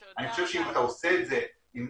אני חושב שאם אתה עושה את זה עם